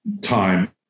time